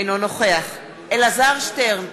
אינו נוכח אלעזר שטרן,